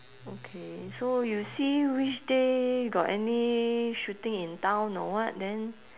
okay so you see which day got any shooting in town or what then